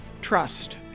Trust